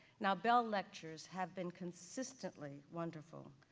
now bell lectures have been consistently wonderful.